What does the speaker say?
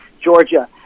Georgia